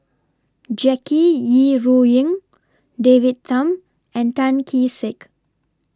Jackie Yi Ru Ying David Tham and Tan Kee Sek